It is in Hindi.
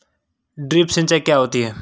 ड्रिप सिंचाई क्या होती हैं?